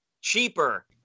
cheaper